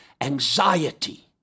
anxiety